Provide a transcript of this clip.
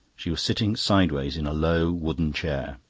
she was sitting sideways in a low, wooden chair.